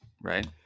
right